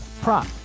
prop